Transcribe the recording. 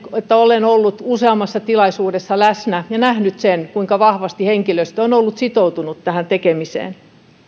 että olen itse ollut useammassa tilaisuudessa läsnä ja nähnyt kuinka vahvasti henkilöstö on ollut sitoutunut tähän tekemiseen